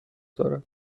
دارد